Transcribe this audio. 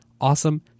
awesome